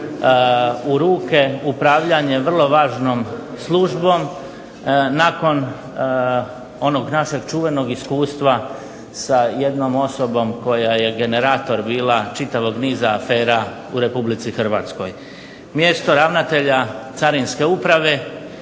u ruke upravljanje vrlo važnom službom, nakon onog našeg čuvenog iskustva sa jednom osobom koja je generator bila čitavog niza afera u Republici Hrvatskoj. Mjesto ravnatelja carinske uprave,